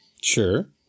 Sure